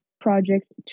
project